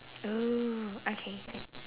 oo okay can